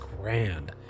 grand